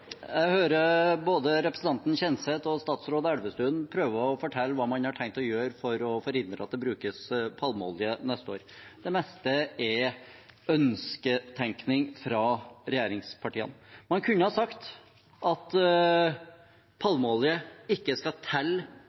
Jeg hører at både representanten Kjenseth og statsråd Elvestuen prøver å fortelle hva man har tenkt å gjøre for å forhindre at det brukes palmeolje neste år. Det meste er ønsketenkning fra regjeringspartiene. Man kunne ha sagt at palmeolje ikke skal